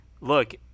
look